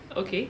okay